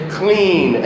clean